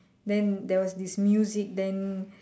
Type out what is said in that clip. then there was this music then